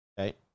Okay